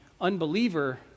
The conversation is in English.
unbeliever